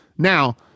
Now